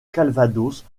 calvados